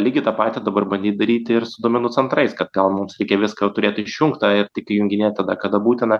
lygiai tą patį dabar bandyt daryti ir su duomenų centrais kad gal mums reikia viską turėti išjungtą ir tik įjunginėt tada kada būtina